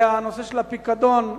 והנושא של הפיקדון,